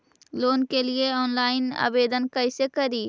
Loan के लिये online आवेदन कैसे करि?